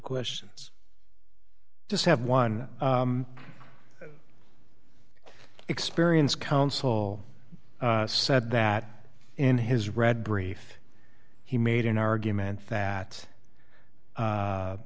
questions just have one experience counsel said that in his read brief he made an argument that